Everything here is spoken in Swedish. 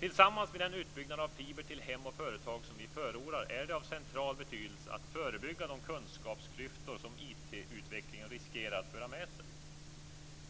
Tillsammans med den utbyggnad av fiber till hem och företag som vi förordar är det av central betydelse att förebygga de kunskapsklyftor som IT utvecklingen riskerar att föra med sig.